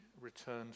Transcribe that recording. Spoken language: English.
returned